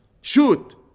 shoot